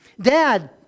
Dad